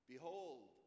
Behold